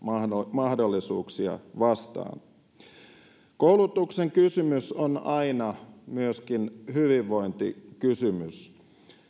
mahdollisuuksia koulutuksen kysymys on aina myöskin hyvinvointikysymys